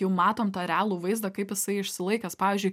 jau matom tą realų vaizdą kaip jisai išsilaikęs pavyzdžiui